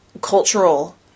cultural